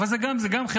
אבל זה גם חברתי,